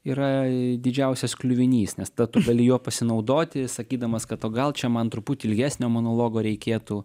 yra didžiausias kliuvinys nes ta tu gali juo pasinaudoti sakydamas kad o gal čia man truputį ilgesnio monologo reikėtų